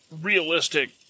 realistic